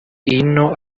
ino